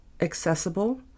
accessible